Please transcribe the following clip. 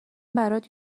برات